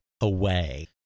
away